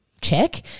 check